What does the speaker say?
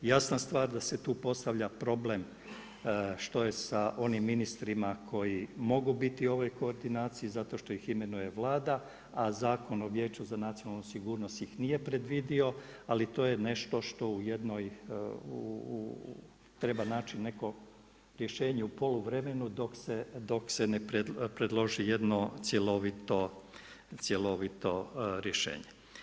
Jasna stvar da se tu postavlja problem što je sa onim ministrima koji mogu biti u ovoj koordinaciji, zato što ih imenuje Vlada, a Zakon o Vijeću za nacionalnu sigurnost ih nije predvidio, ali to je nešto što treba naći neko rješenje u poluvremenu dok se ne predloži jedno cjelovito rješenje.